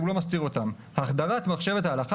היא לא מסתירה אותן: החדרת מחשבת ההלכה